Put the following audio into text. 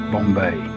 Bombay